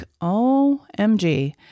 OMG